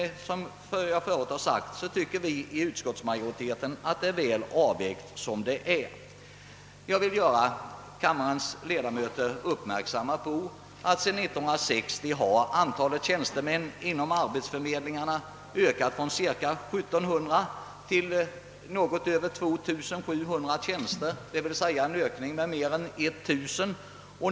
Utskottsmajoriteten finner dock Kungl. Maj:ts förslag vara väl avvägt. Jag vill göra kammarens ledamöter uppmärksamma på att antalet tjänstemän i arbetsförmedlingarna sedan 1960 har ökat från cirka 1700 till något över 2700, d.v.s. en ökning med mer än 1000 tjänstemän.